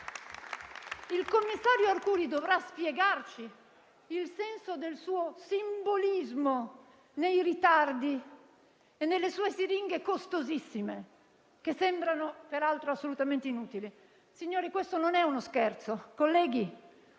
Il commissario Arcuri dovrà spiegarci il senso del suo simbolismo nei ritardi e nelle sue siringhe costosissime, che sembrano peraltro assolutamente inutili. Signori, questo non è uno scherzo.